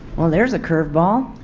well there's a curveball.